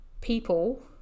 people